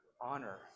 honor